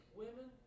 women